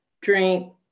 drink